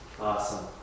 Awesome